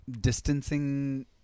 distancing